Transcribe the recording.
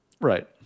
Right